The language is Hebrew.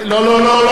לא.